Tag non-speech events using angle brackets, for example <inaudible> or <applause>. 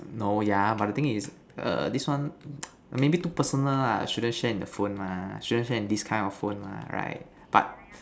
no yeah but the thing is err this one <noise> maybe too personal ah shouldn't share in the phone mah shouldn't share in this kind of phone right but